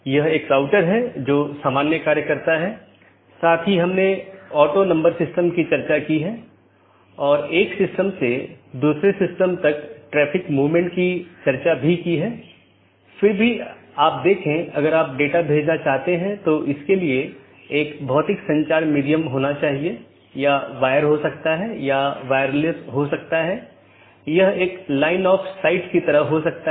यह एक चिन्हित राउटर हैं जो ऑटॉनमस सिस्टमों की पूरी जानकारी रखते हैं और इसका मतलब यह नहीं है कि इस क्षेत्र का सारा ट्रैफिक इस क्षेत्र बॉर्डर राउटर से गुजरना चाहिए लेकिन इसका मतलब है कि इसके पास संपूर्ण ऑटॉनमस सिस्टमों के बारे में जानकारी है